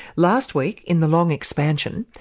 last week, in the long expansion,